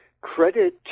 credit